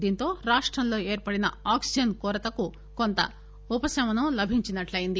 దీంతో రాష్టంలో ఏర్పడిన ఆక్సిజన్ కొరతకు కొంత ఉపశమనం లభించినట్లెంది